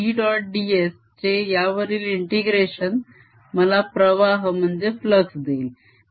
ds चे यावरील integration मला प्रवाह देईल